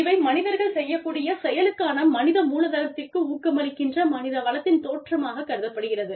இவை மனிதர்கள் செய்யக் கூடிய செயலுக்கான மனித மூலதனத்திற்கு ஊக்கமளிக்கின்ற மனித வளத்தின் தோற்றமாக கருதப்படுகிறது